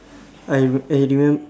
I I remember